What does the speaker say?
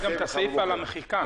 יש פה גם את הסעיף על המחיקה.